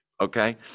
Okay